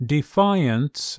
Defiance